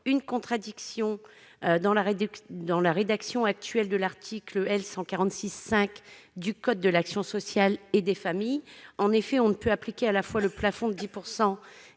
une contradiction dans la rédaction actuelle de l'article L. 146-5 du code de l'action sociale et des familles. En effet, on ne peut appliquer à la fois le plafond de 10